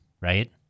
right